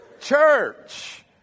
church